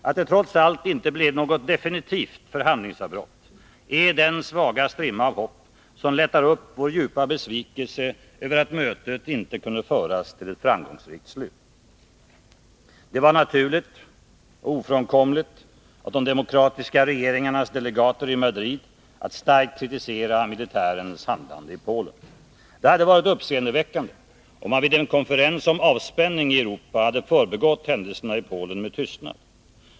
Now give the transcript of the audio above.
Att det trots allt inte blev något definitivt förhandlingsavbrott är den svaga strimma av hopp som lättar upp vår djupa besvikelse över att mötet inte kunde föras till ett framgångsrikt slut. Det var naturligt och ofrånkomligt att de demokratiska regeringarnas delegater i Madrid starkt kritiserade militärens handlande i Polen. Det hade varit uppseendeväckande, om man vid en konferens om avspänning i Europa hade förbigått händelserna i Polen med tystnad.